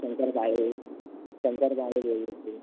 शंकरपाळे शंकरपाळे बोलत असतील